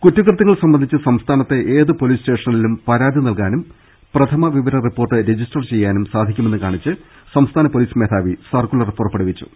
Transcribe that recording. കുറ്റകൃത്യങ്ങൾ സംബന്ധിച്ച് സംസ്ഥാനത്തെ ഏത് പൊലീസ് സ്റ്റേഷനിലും പരാതി നൽകാനും പ്രഥമ വിവർ റിപ്പോർട്ട് രജിസ്റ്റർ ചെയ്യാനും സാധി ക്കുമെന്ന് കാണിച്ച് സംസ്ഥാന പൊലീസ് മേധാവി സർക്കുലർ പുറപ്പെ ടുവിച്ചു